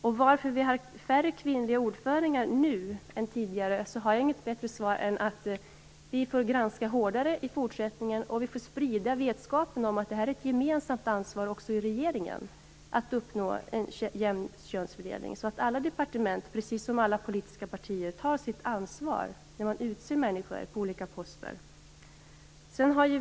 Jag har inget bättre svar på frågan varför det är färre kvinnliga ordförande nu än att vi får göra en noggrannare granskning och sprida kunskapen om att det är ett gemensamt ansvar att uppnå en jämn könsfördelning. Alla departement, precis som alla politiska partier, måste ta sitt ansvar när de utser människor till olika poster.